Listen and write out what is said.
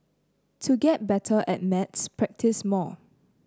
to get better at maths practise more